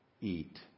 eat